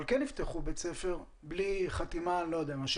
אבל כן יפתחו בית ספר בלי חתימה של